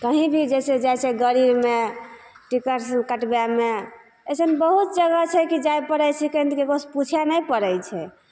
कहीं भी जैसे जाइ छै गरीमे टिकट कटबैमे ऐसन बहुत जगह छै कि जाइ परै छिकै तऽ केकरो से पूछै नहि परै छै